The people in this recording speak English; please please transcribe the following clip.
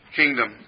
kingdom